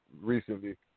recently